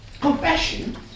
confession